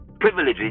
privileges